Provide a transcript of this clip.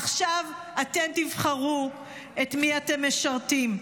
עכשיו אתם תבחרו את מי אתם משרתים.